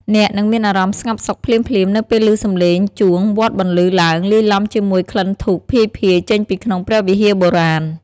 អ្នកនឹងមានអារម្មណ៍ស្ងប់សុខភ្លាមៗ នៅពេលឮសម្លេងជួងវត្តបន្លឺឡើងលាយឡំជាមួយក្លិនធូបភាយៗចេញពីក្នុងព្រះវិហារបុរាណ។